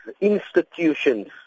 institutions